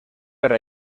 per